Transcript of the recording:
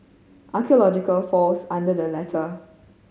archaeology falls under the latter